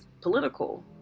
political